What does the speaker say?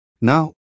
Now